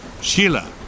Sheila